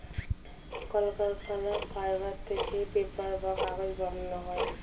কলকারখানায় ফাইবার থেকে পেপার বা কাগজ বানানো হয়